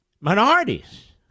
minorities